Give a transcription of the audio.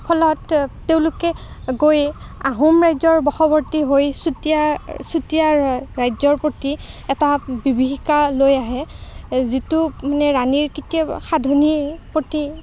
ফলত তেওঁলোকে গৈ আহোম ৰাজ্যৰ বশৱৰ্তী হৈ চুতীয়া চুতীয়া ৰাজ্যৰ প্ৰতি এটা বিভীষিকা লৈ আহে যিটো মানে ৰাণী সাধনীৰ প্ৰতি